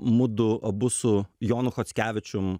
mudu abu su jonu chockevičium